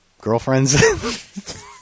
girlfriends